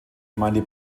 gemeinde